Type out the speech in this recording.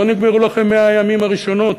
לא נגמרו לכם 100 הימים הראשונים,